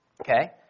okay